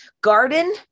garden